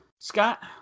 Scott